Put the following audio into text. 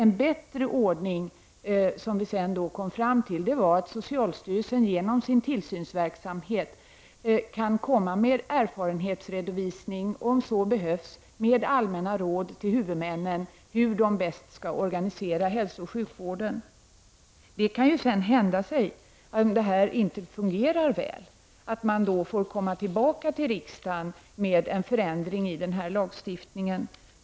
En bättre ordning skulle vara att socialstyrelsen genom sin tillsynsverksamhet kan komma med erfarenhetsredovisning om så behövs med allmänna råd till huvudmännen hur de bäst skall organisera hälsooch sjukvården. Sedan kan det hända att detta inte fungerar väl och att man då får komma tillbaka till riksdagen med förslag till förändring i lagstiftningen.